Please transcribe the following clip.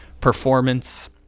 performance